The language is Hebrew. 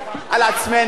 על עצמנו,